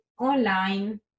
online